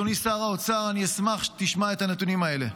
אדוני שר האוצר, אני אשמח שתשמע את הנתונים האלה.